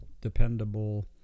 dependable